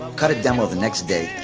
cut a demo. the next day.